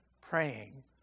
praying